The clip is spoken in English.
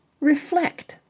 reflect!